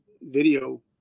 video